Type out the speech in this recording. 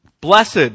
Blessed